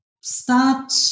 start